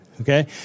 okay